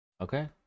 okay